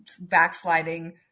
backsliding